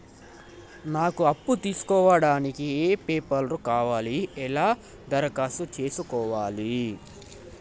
నాకు అప్పు తీసుకోవడానికి ఏ పేపర్లు కావాలి ఎలా దరఖాస్తు చేసుకోవాలి?